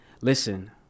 listen